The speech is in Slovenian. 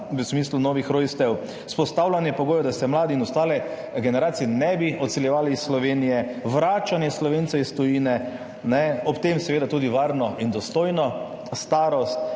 v smislu novih rojstev, vzpostavljanje pogojev, da se mladi in ostale generacije ne bi odseljevali iz Slovenije, vračanje Slovencev iz tujine, ob tem seveda tudi varna in dostojna starost,